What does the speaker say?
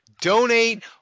Donate